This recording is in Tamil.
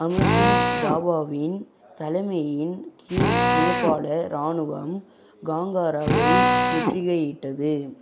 அமர் சிங் தாபாவின் தலைமையின் கீழ் நேபாள ராணுவம் காங்காராவை முற்றுகையிட்டது